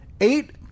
Eight